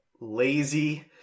lazy